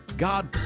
God